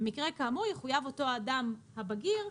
במקרה כאמור יחויב אותו אדם, הבגיר,